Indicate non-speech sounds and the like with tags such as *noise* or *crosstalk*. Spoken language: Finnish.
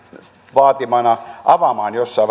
vaatimana avaamaan jossain *unintelligible*